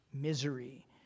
misery